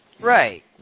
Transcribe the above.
Right